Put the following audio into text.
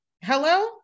Hello